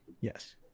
Yes